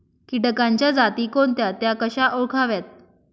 किटकांच्या जाती कोणत्या? त्या कशा ओळखाव्यात?